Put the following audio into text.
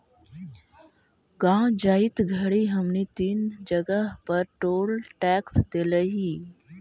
गाँव जाइत घड़ी हमनी तीन जगह पर टोल टैक्स देलिअई